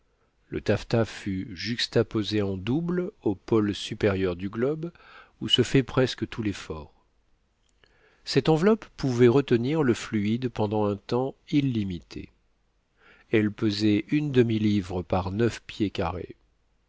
le taffetas fut juxtaposé en double au pôle supérieur du globe où se fait presque tout l'effort cette enveloppe pouvait retenir le fluide pendant un temps illimité elle pesait une demi-livre par neuf pieds carrés